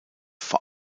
vor